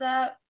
up